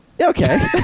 Okay